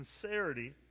sincerity